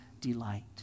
delight